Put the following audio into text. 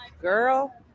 girl